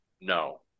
No